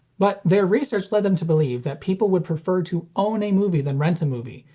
but their research led them to believe that people would prefer to own a movie than rent a movie,